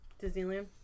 Disneyland